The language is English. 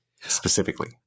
specifically